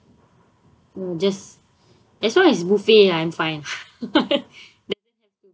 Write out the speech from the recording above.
um just as long as buffet lah I'm fine